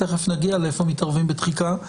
ותכף נגיע לאיפה מתערבים בתחיקה,